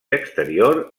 exterior